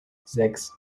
sechs